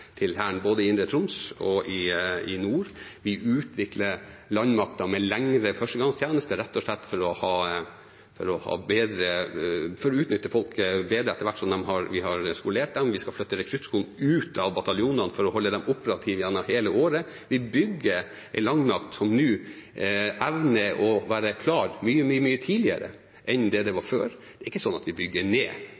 til Hæren både i Indre Troms og i nord. Vi utvikler landmakten med lengre førstegangstjeneste rett og slett for å utnytte folk bedre etter hvert som vi har skolert dem. Vi skal flytte rekruttskolen ut av bataljonene for å holde dem operative gjennom hele året. Vi bygger en landmakt som nå evner å være klar mye, mye tidligere enn den var før. Det er ikke sånn at vi bygger ned, vi bygger opp rett og slett fordi det